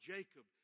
Jacob